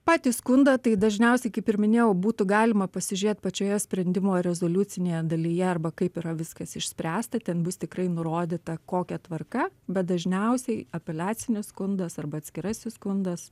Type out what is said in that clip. patį skundą tai dažniausiai kaip ir minėjau būtų galima pasižiūrėt pačioje sprendimo rezoliucinėje dalyje arba kaip yra viskas išspręsta ten bus tikrai nurodyta kokia tvarka bet dažniausiai apeliacinis skundas arba atskirasis skundas